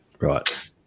Right